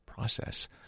process